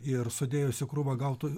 ir sudėjus į krūvą gal tu